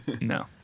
No